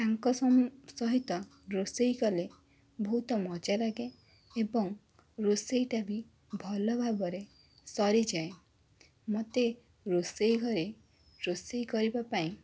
ତାଙ୍କ ସହିତ ରୋଷେଇ କଲେ ବହୁତ ମଜା ଲାଗେ ଏବଂ ରୋଷେଇଟା ବି ଭଲ ଭାବରେ ସରିଯାଏ ମୋତେ ରୋଷେଇ ଘରେ ରୋଷେଇ କରିବା ପାଇଁ